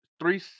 three